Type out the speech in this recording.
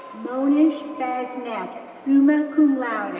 monish basnet, summa cum laude,